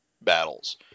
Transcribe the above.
battles